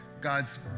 God's